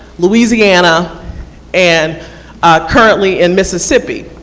louisiana and currently in mississippi.